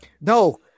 No